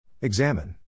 Examine